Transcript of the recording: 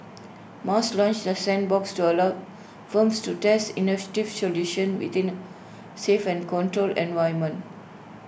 mas launched the sandbox to allow firms to test solutions within safe and controlled environment